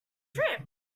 trip